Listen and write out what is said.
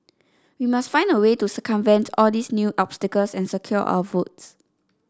we must find a way to circumvent all these new obstacles and secure our votes